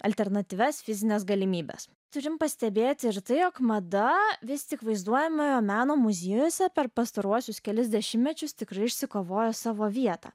alternatyvias fizines galimybes turime pastebėti ir tai jog mada vis cik vaizduojamojo meno muziejuose per pastaruosius kelis dešimtmečius tikrai išsikovojo savo vietą